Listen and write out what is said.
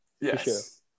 Yes